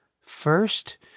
First